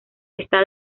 está